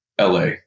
LA